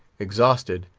exhausted,